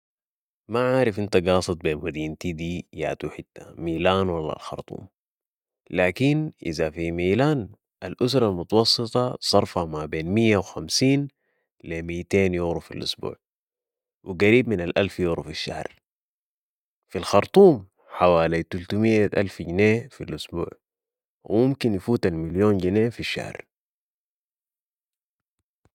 ما عارف انت قاصد بي مدينتي دي ياتو حتة، ميلان ولا الخرطوم، لكن إذا في ميلان الاسرة المتوسطة صرفها مابين مية و خمسين لي متين يورو في الاسبوع و قريب من الالف يور في الشهر. في الخرطوم حوالي تلتمية الف جنيه في الاسبوع و ممكن يفوت المليون جنيه في الشهر.